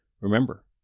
Remember